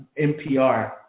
NPR